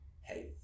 Hey